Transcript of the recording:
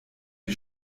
die